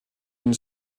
une